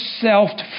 self